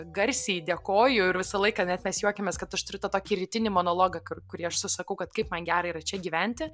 garsiai dėkoju ir visą laiką net mes juokiamės kad aš turiu tą tokį rytinį monologą kur kurį aš susakau kad kaip man gera yra čia gyventi